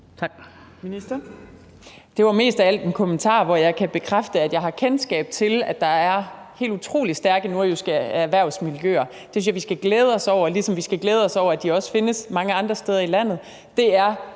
Det var mest af alt en kommentar, og jeg kan bekræfte, at jeg har kendskab til, at der er helt utrolig stærke nordjyske erhvervsmiljøer. Det synes jeg vi skal glæde os over, ligesom vi skal glæde os over, at de også findes mange andre steder i landet. Det er